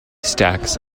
stacks